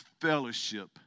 fellowship